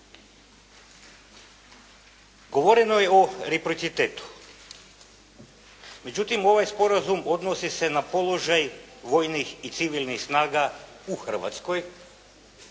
govoreno je o reprocitetu. Međutim, ovaj sporazum odnosi se na položaj vojnih i civilnih snaga u Hrvatskoj,